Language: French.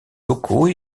locaux